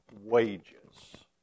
wages